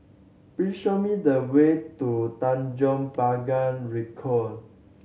please show me the way to Tanjong Pagar Ricoh